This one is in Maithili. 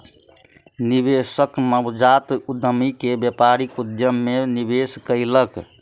निवेशक नवजात उद्यमी के व्यापारिक उद्यम मे निवेश कयलक